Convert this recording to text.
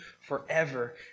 forever